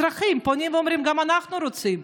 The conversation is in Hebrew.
אזרחים פונים ואומרים: גם אנחנו רוצים,